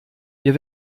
wir